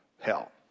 hell